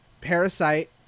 Parasite